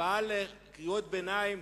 אבל קריאות ביניים,